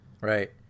Right